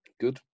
Good